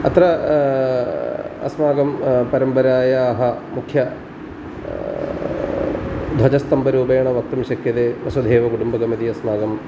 अत्र अस्माकं परम्परायाः मुख्य ध्वजस्तम्भरूपेण वक्तुं शक्यते वसुधैवकुटुम्बकम् इति अस्माकम्